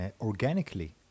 organically